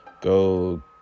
Go